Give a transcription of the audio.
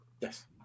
Yes